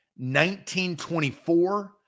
1924